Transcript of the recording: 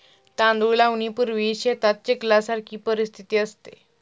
तांदूळ लावणीपूर्वी शेतात चिखलासारखी परिस्थिती असते